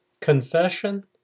Confession